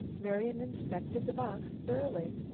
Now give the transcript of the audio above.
marian inspected the box thoroughly.